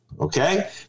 okay